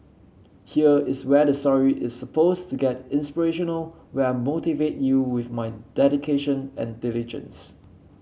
here is where the story is suppose to get inspirational where I motivate you with my dedication and diligence